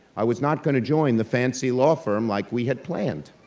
i was not gonna join the fancy law firm like we had planned.